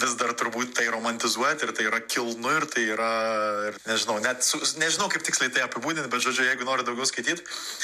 vis dar turbūt tai romantizuojat ir tai yra kilnu ir tai yra ir nežinau net su nežinau kaip tiksliai tai apibūdint bet žodžiu jeigu norit daugiau skaityt